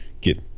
get